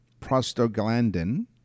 prostaglandin